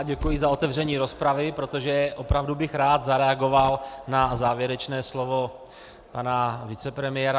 Děkuji za otevření rozpravy, protože bych opravdu rád zareagoval na závěrečné slovo pana vicepremiéra.